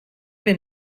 wir